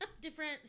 different